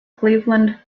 cleveland